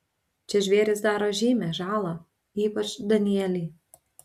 čia žvėrys daro žymią žalą ypač danieliai